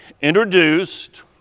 introduced